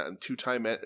two-time